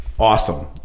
awesome